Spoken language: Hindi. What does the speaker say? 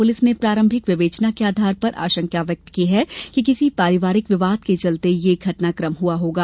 पुलिस ने प्रारंभिक विवेचना के आधार पर आशंका व्यक्त की है कि किसी पारिवारिक विवाद के चलते ये घटनाक्रम हुआ होगा